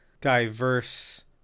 diverse